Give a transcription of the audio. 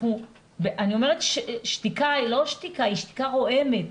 אנחנו שותקים שתיקה רועמת,